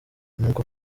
nuko